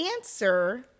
answer